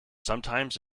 sometimes